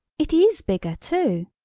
it is bigger, too!